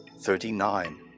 Thirty-nine